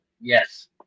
Yes